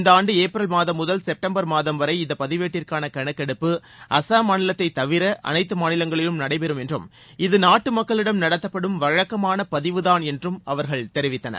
இந்தாண்டு ஏப்ரல் மாதம் முதல் செப்டம்பர் மாதம் வரை இந்த பதிவேட்டிற்கான கணக்கெடுப்பு அசாம் மாநிலத்தை தவிர அனைத்து மாநிலங்களிலும் நடைபெறும் என்றும் இது நாட்டு மக்களிடம் நடத்தப்படும் வழக்கமான பதிவுதான் என்றும் அவர்கள் தெரிவித்தனர்